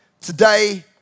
Today